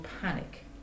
panic